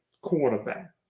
quarterback